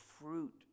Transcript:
fruit